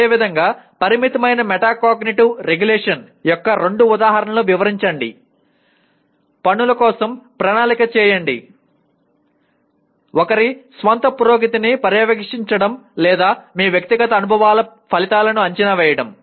అదేవిధంగా పరిమితమైన metacognitive regulation యొక్క రెండు ఉదాహరణలను వివరించండి పనుల కోసం ప్రణాళిక వేయడం ఒకరి స్వంత పురోగతిని పర్యవేక్షించడం లేదా మీ వ్యక్తిగత అనుభవాల ఫలితాలను అంచనా వేయడం